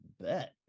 bet